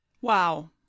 Wow